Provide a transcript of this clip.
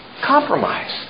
Compromise